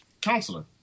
Counselor